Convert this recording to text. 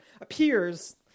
appears